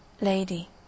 Lady